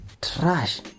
trash